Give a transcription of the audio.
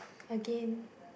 again